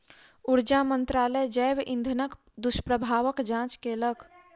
ऊर्जा मंत्रालय जैव इंधनक दुष्प्रभावक जांच केलक